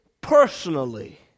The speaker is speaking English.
personally